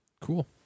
Cool